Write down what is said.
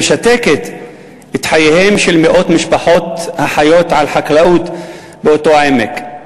שמשתקת את חייהן של מאות משפחות החיות על חקלאות באותו העמק.